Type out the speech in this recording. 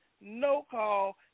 no-call